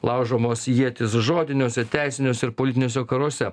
laužomos ietys žodiniuose teisiniuose ir politiniuose karuose